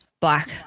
black